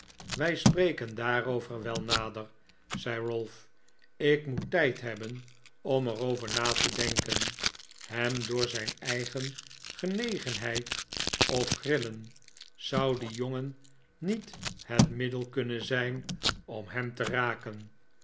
wij spreken daarover wel nader zei ralph ik moet tijd hebben om er over na te denken hem door zijn eigen genegenheid of grillen zou die jongen niet het middel kunnen zijn om hem te raken